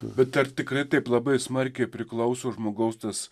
bet ar tikrai taip labai smarkiai priklauso žmogaus tas